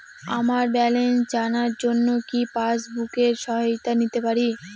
আমার ব্যালেন্স জানার জন্য কি পাসবুকের সহায়তা নিতে পারি?